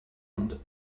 monde